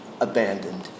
abandoned